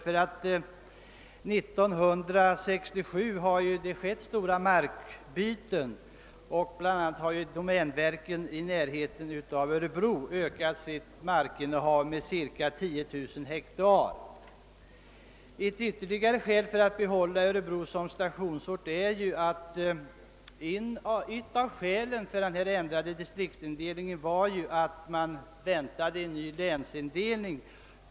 Under 1967 har det gjorts stora markbyten, bl.a. har domänverket i Örebro län ökat sitt markinnehav med cirka 10 000 hektar. Ett ytterligare skäl för att behålla Örebro som stationeringsort är att en av anledningarna till den ändrade distriktsindelningen var att man väntade en ny länsindelning.